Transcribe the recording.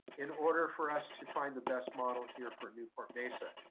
in order for us to find the best model here for newport-mesa.